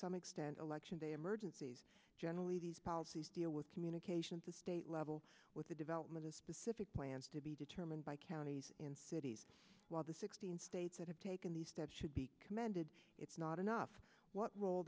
some extent election day emergencies generally these policies deal with communication to state level with the development of specific plans to be determined by counties in cities while the sixteen states that have taken the steps should be commended it's not enough what role